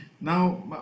Now